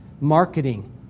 Marketing